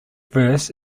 verse